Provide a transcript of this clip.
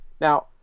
Now